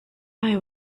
eye